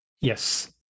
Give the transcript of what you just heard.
Yes